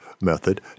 method